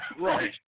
Right